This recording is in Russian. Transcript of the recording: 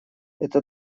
это